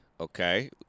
Okay